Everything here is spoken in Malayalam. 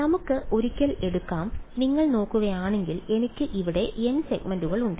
നമുക്ക് ഒരിക്കൽ എടുക്കാം നിങ്ങൾ നോക്കുകയാണെങ്കിൽ എനിക്ക് ഇവിടെ n സെഗ്മെന്റുകൾ ഉണ്ട്